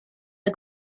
the